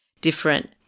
different